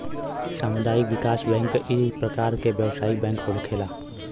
सामुदायिक विकास बैंक इक परकार के व्यवसायिक बैंक होखेला